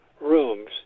rooms